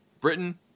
britain